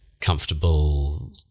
comfortable